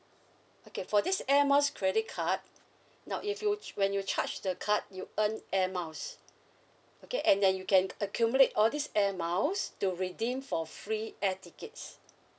okay for this air miles credit card now if you ch~ when you charge the card you earn air miles okay and then you can accumulate all these air miles to redeem for free air tickets